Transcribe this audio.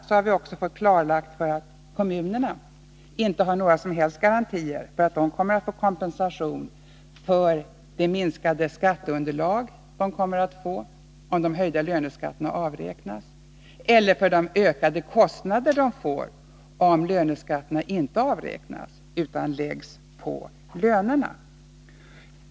Vi har också fått klarlagt att kommunerna inte har några som helst garantier för att de kommer att få kompensation för det minskade skatteunderlag som blir följden, om de höjda löneskatterna avräknas, eller för de ökade kostnader de får vidkännas, om löneskatterna inte avräknas, utan läggs på lönerna.